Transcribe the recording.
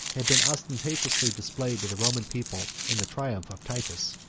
had been ostentatiously displayed to the roman people in the triumph of titus.